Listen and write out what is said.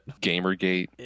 Gamergate